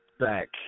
back